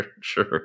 sure